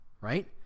right